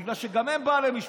בגלל שגם הם בעלי משפחות,